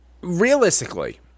realistically